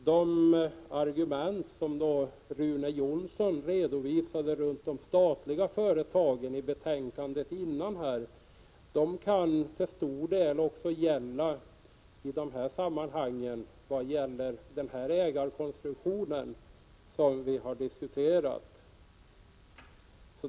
Herr talman! De argument som Rune Jonsson redovisade under debatten om det föregående betänkandet om de statliga företagen kan till stor del också gälla i de här sammanhangen, vad gäller den ägarkonstruktion som vi har diskuterat.